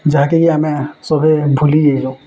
ଯାହାକି ଆମେ ସଭିଏ ଭୁଲିଯେଇଛୁ